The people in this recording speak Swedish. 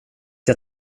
jag